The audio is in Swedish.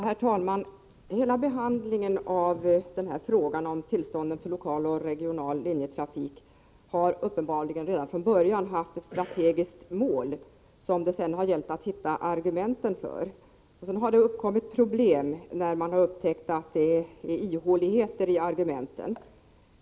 Herr talman! Behandlingen av frågan om tillstånden för lokal och regional linjetrafik har uppenbarligen redan från början haft ett strategiskt mål, som det sedan har gällt att hitta argument för. Därefter har det uppkommit problem när man upptäckt att det är ihåligheter i argumenten.